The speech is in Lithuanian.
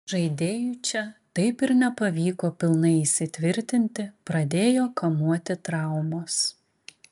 žaidėjui čia taip ir nepavyko pilnai įsitvirtinti pradėjo kamuoti traumos